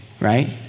right